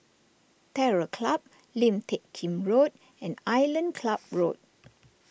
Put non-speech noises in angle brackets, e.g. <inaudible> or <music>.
Terror Club Lim Teck Kim Road and Island Club <noise> Road